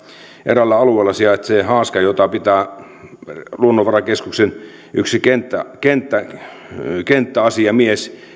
eräällä alueella sijaitsee haaska jota pitää yksi luonnonvarakeskuksen kenttäasiamies